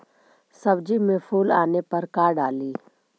सब्जी मे फूल आने पर का डाली?